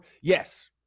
yes